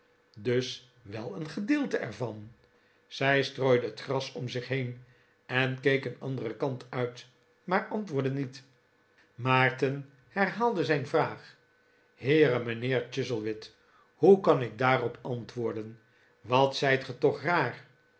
dus wel een gedeelte er van zij strooide het gras om zich heen en keek een anderen kant uit maar antwoordde niet maarten herhaalde zijn vraag heere mijnheer chuzzlewit hoe kan ik daarop antwoorden wat zijt ge toch raar